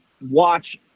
watch